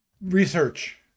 research